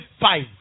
five